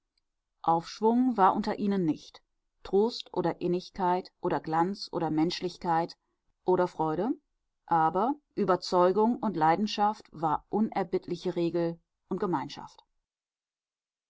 aufschwung war auch unter ihnen nicht trost oder innigkeit oder glanz oder menschlichkeit oder freude aber überzeugung und leidenschaft war unerbittliche regel und gemeinschaft